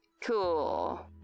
Cool